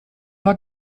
war